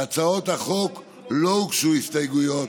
להצעות החוק לא הוגשו הסתייגויות.